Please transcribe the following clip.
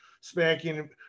spanking